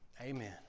amen